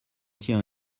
tient